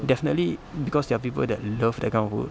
definitely because there are people that love that kind of food